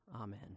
Amen